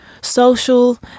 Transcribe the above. Social